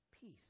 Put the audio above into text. peace